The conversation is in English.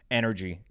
energy